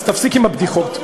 אז תפסיק עם הבדיחות,